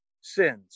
sins